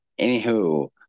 Anywho